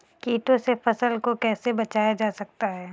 कीटों से फसल को कैसे बचाया जा सकता है?